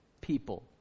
people